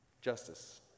justice